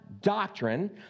doctrine